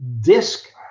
disk